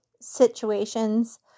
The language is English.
situations